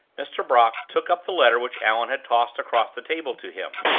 mr. brock took up the letter which allan had tossed across the table to him.